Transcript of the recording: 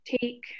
take